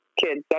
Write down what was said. kids